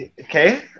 Okay